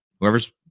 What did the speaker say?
whoever's